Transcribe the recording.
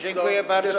Dziękuję bardzo.